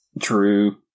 True